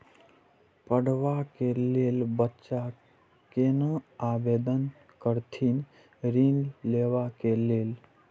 पढ़वा कै लैल बच्चा कैना आवेदन करथिन ऋण लेवा के लेल?